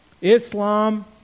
Islam